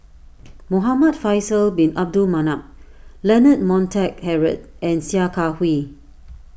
Muhamad Faisal Bin Abdul Manap Leonard Montague Harrod and Sia Kah Hui